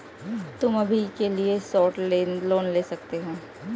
तुम अभी के लिए शॉर्ट लोन ले सकते हो